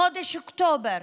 חודש אוקטובר,